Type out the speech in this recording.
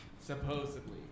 Supposedly